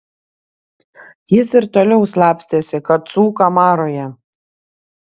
jis ir toliau slapstėsi kacų kamaroje